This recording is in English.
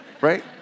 right